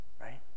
right